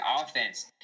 offense